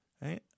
right